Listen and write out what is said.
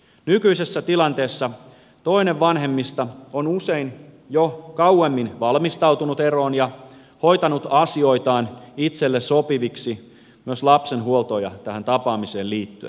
nykyisessä tilanteessa toinen vanhemmista on usein jo kauemmin valmistautunut eroon ja hoitanut asioitaan itselle sopiviksi myös lapsen huoltoon ja tapaamiseen liittyen